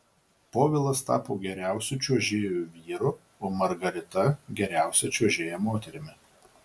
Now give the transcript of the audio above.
povilas tapo geriausiu čiuožėju vyru o margarita geriausia čiuožėja moterimi